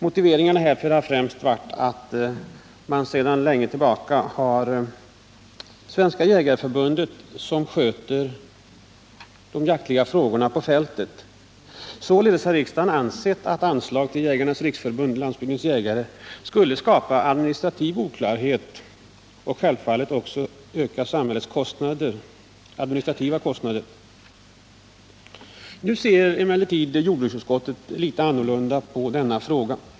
Motiveringen har främst varit att Svenska jägareförbundet sedan lång tid tillbaka sköter de jaktliga frågorna på fältet. Således har riksdagen ansett att anslag till Jägarnas riksförbund-Landsbygdens jägare skulle skapa administrativ oklarhet och självfallet också öka samhällets administrativa kostnader. Nu ser emellertid jordbruksutskottet litet annorlunda på denna fråga.